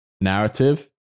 narrative